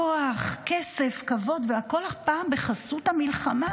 כוח, כסף, כבוד, והפעם הכול בחסות המלחמה.